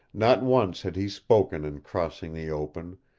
not once had he spoken in crossing the open,